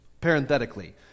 parenthetically